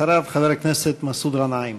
אחריו, חבר הכנסת מסעוד גנאים.